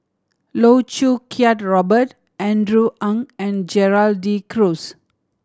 Loh Choo Kiat Robert Andrew Ang and Gerald De Cruz